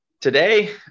Today